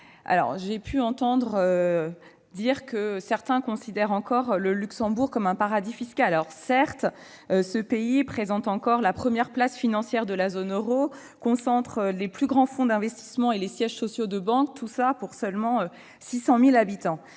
en mars 2018. Certains considèrent encore le Luxembourg comme un paradis fiscal. Certes, ce pays constitue la première place financière de la zone euro et concentre les plus grands fonds d'investissement et les sièges sociaux de banques, et ce avec 600 000 habitants